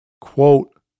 Quote